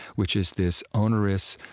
which is this onerous,